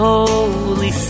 Holy